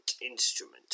instrument